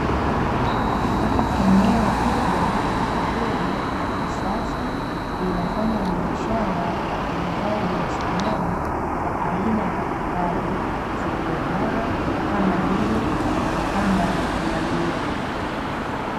Eneo kubwa zuri, la kisasa, linafanya biashara ya uuzaji wa samani za aina mbalimbali zenye ubora kama vile vitanda vya kulalia.